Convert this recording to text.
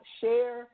share